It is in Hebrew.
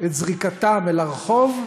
את זריקתם אל הרחוב,